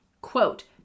quote